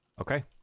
Okay